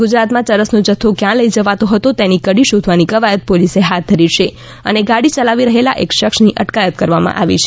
ગુજરાતમાં ચરસનો જથ્થો ક્યાં લઇ જવાતો હતો તેની કડી શોધવાની કવાયત પોલીસે હાથ ધરી છે અને ગાડી યલાવી રહેલા એક શખ્સની અટકાયત કરવામાં આવી છે